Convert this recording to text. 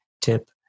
tip